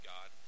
God